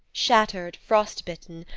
shattered, frost-bitten,